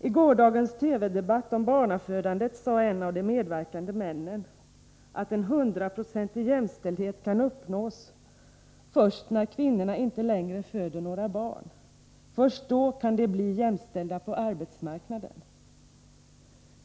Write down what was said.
I gårdagens TV-debatt om barnafödandet sade en av de medverkande männen att en hundraprocentig jämställdhet kan uppnås först när kvinnorna inte längre föder några barn. Först då kan de bli jämställda på arbetsmarknaden.